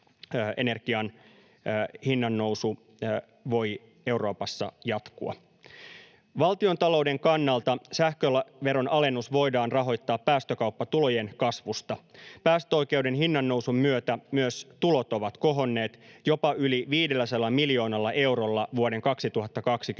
energian hinnannousu voi Euroopassa jatkua. Valtiontalouden kannalta sähköveron alennus voidaan rahoittaa päästökauppatulojen kasvusta. Päästöoikeuden hinnannousun myötä myös tulot ovat kohonneet jopa yli 500 miljoonalla eurolla vuoden 2020